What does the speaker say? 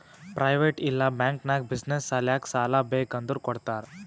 private ಇಲ್ಲಾ bank ನಾಗ್ business ಸಲ್ಯಾಕ್ ಸಾಲಾ ಬೇಕ್ ಅಂದುರ್ ಕೊಡ್ತಾರ್